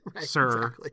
sir